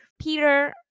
Peter